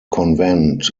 convent